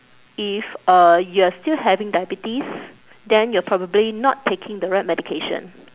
if uh you are still having diabetes then you're probably not taking the right medication